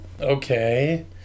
Okay